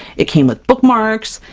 it came with bookmarks,